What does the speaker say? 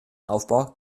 aufbau